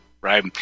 right